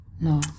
No